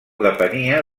depenia